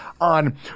on